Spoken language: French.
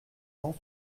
cent